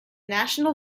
national